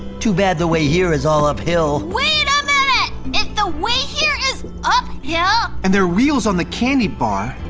too bad the way here is all uphill. wait a minute! if the way here is uphill yeah and there are wheels on the candy bar,